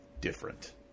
different